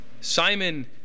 Simon